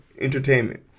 entertainment